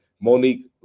Monique